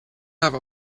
have